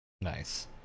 Nice